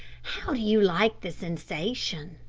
how do you like the sensation?